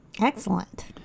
Excellent